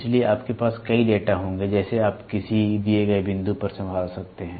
इसलिए आपके पास कई डेटा होंगे जैसे आप किसी दिए गए बिंदु पर संभाल सकते हैं